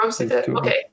okay